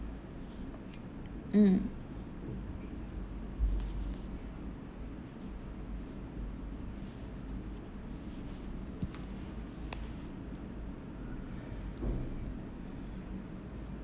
mm